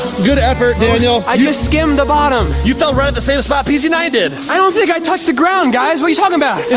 good effort daniel. i just skimmed the bottom. you fell right at the same spot p z nine did. i don't think i touched the ground, guys. what are you talking about?